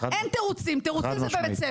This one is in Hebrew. אין תירוצים, תירוצים זה בבית ספר.